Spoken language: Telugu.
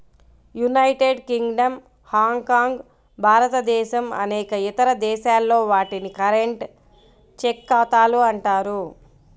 యునైటెడ్ కింగ్డమ్, హాంకాంగ్, భారతదేశం అనేక ఇతర దేశాల్లో, వాటిని కరెంట్, చెక్ ఖాతాలు అంటారు